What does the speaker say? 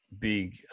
big